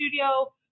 studio